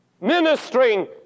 ministering